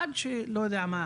עד שלא יודע מה,